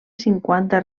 cinquanta